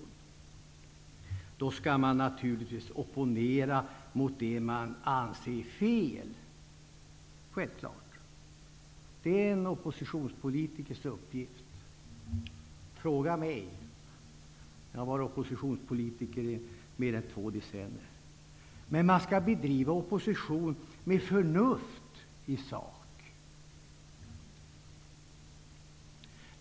herr talman, skall man naturligtvis opponera mot det man anser vara fel. Det är självklart. Det är en oppositionspolitikers uppgift. Fråga mig! Jag har varit oppositionspolitiker i mer än två decennier. Men man skall bedriva opposition med förnuft, i sak.